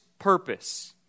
purpose